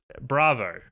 bravo